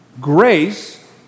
Grace